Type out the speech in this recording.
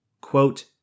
Quote